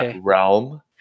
realm